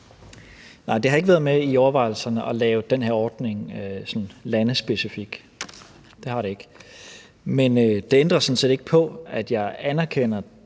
det har ikke været med i overvejelserne at lave den her ordning landespecifik, det har det ikke. Men det ændrer sådan set ikke på, at jeg anerkender